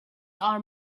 are